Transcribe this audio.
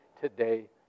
today